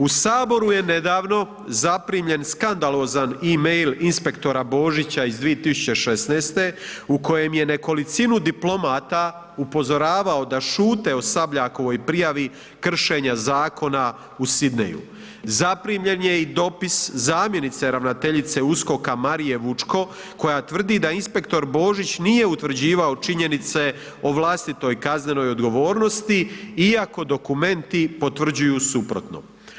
U Saboru je nedavno zaprimljen skandalozan e-mail inspektora Božića iz 2016. u kojem je nekolicinu diplomata upozoravao da šute o Sabljakovoj prijavi kršenja zakona u Sidneyju, zaprimljen je i dopis zamjenice ravnateljice USKOK-a Marije Vučko koja tvrdi da inspektor Božić nije utvrđivao činjenice o vlastitoj kaznenoj odgovornosti iako dokumenti potvrđuju suprotno.